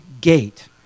gate